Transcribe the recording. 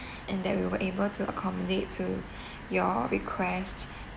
and that we were able to accommodate to your request